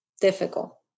difficult